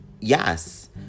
yes